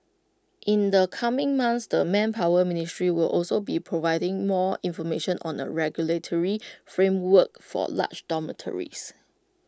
in the coming months the manpower ministry will also be providing more information on A regulatory framework for large dormitories